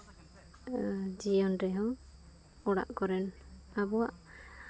ᱡᱤᱭᱚᱱ ᱨᱮᱦᱚᱸ ᱚᱲᱟᱜ ᱠᱚᱨᱮᱱ ᱟᱵᱚᱣᱟᱜ